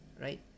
Right